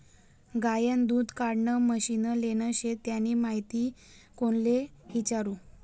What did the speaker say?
गायनं दूध काढानं मशीन लेनं शे त्यानी माहिती कोणले इचारु?